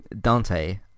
Dante